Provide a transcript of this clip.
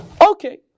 Okay